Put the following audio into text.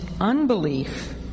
unbelief